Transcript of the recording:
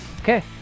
Okay